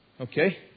Okay